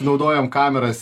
naudojam kameras